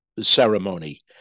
ceremony